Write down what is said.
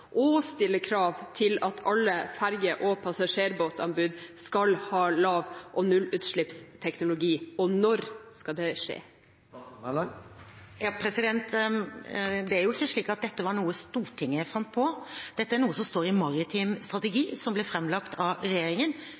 stille krav til at alle ferje- og passasjerbåtanbud skal basere seg på lav- og nullutslippsteknologi? Og når skal det skje? Det er jo ikke slik at dette var noe Stortinget fant på. Dette er noe som står i den maritime strategien, som ble framlagt av regjeringen,